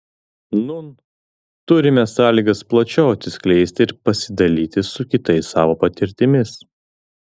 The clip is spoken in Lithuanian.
nūn turime sąlygas plačiau atsiskleisti ir pasidalyti su kitais savo patirtimis